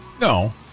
no